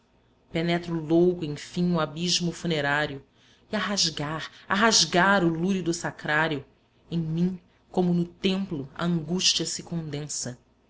penetro louco enfim o abismo funerário e a rasgar a rasgar o lúrido sacrário em mim como no templo a angústia se condensa